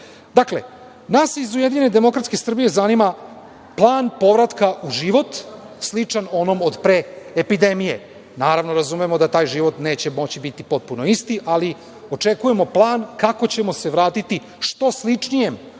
potrebna. Nas iz Ujedinjene demokratske Srbije zanima plan povratka u život sličan onom od pre epidemija. Naravno, razumemo da taj život neće moći biti potpuno isti, ali očekujemo plan kako ćemo se vratiti što sličnijem